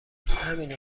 همینو